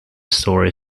story